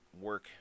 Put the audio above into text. work